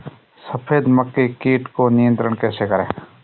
सफेद मक्खी कीट को नियंत्रण कैसे करें?